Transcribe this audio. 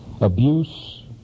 abuse